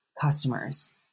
customers